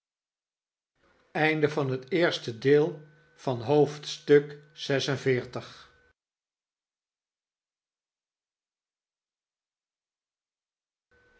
onderwerp van het gesprek haar van het